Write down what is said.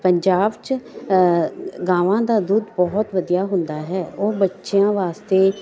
ਪੰਜਾਬ 'ਚ ਗਾਵਾਂ ਦਾ ਦੁੱਧ ਬਹੁਤ ਵਧੀਆ ਹੁੰਦਾ ਹੈ ਉਹ ਬੱਚਿਆਂ ਵਾਸਤੇ